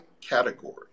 category